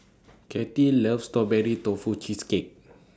Kattie loves Strawberry Tofu Cheesecake